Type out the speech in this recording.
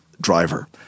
driver